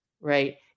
Right